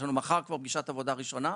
יש לנו מחר כבר פגישת עבודה ראשונה,